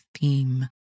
theme